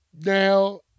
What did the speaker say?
Now